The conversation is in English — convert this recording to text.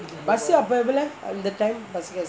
bus அப்பே எவ்ளே அந்த:appae evlae antha time bus காசு:kaasu